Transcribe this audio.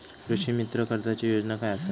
कृषीमित्र कर्जाची योजना काय असा?